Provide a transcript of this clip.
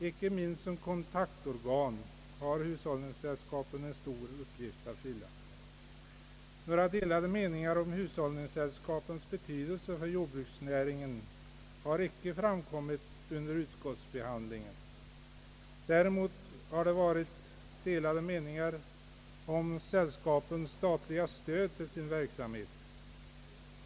Icke minst som kontaktorgan har hushållningssällskapen en stor uppgift att fylla. Några delade meningar om hushållningssällskapens betydelse för jordbruksnäringen har icke framkommit under utskottsbehandlingen. Däremot har det rått delade meningar om sällskapens statliga stöd för sin verksamhet.